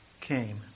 came